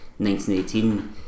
1918